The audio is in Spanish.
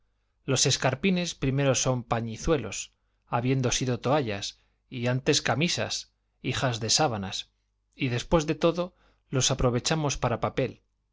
los escarpines primero son pañizuelos habiendo sido toallas y antes camisas hijas de sábanas y después de todo los aprovechamos para papel